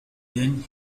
then